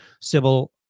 civil